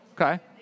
okay